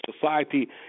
society